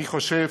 אני חשוב